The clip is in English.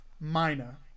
minor